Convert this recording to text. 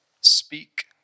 speak